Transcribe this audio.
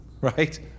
Right